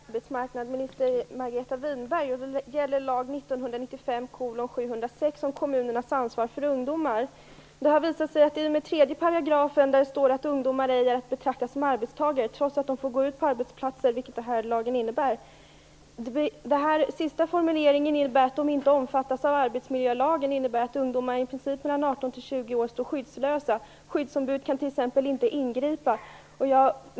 Fru talman! Jag har en fråga till arbetsmarknadsminister Margareta Winberg. Det gäller lag 1995:706 om kommunernas ansvar för ungdomar. I den tredje paragrafen står det att ungdomar ej är att betrakta som arbetstagare - trots att de får gå ut på arbetsplatser, vilket den här lagen innebär. Den formuleringen innebär att de inte omfattas av arbetsmiljölagen. Ungdomar mellan 18 och 20 år står i princip skyddslösa. Skyddsombud kan t.ex. inte ingripa.